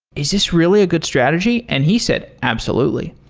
is this really a good strategy? and he said, absolutely.